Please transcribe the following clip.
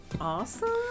Awesome